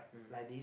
mmhmm